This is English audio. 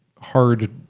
hard